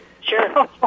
Sure